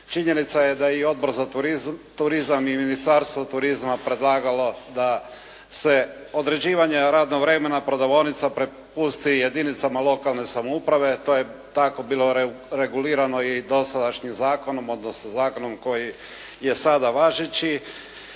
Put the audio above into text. Činjenica je da i Odbor za turizam i Ministarstvo turizma predlagalo da se određivanje radnog vremena prodavaonica prepusti jedinicama lokalne samouprave, to je tako bilo regulirano i dosadašnjim zakonom, odnosno zakonom koji je sada važeći.